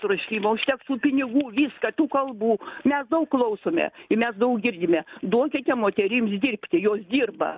troškimo užteks tų pinigų viską tų kalbų mes daug klausome ir mes daug girdime duokite moterims dirbti jos dirba